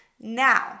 Now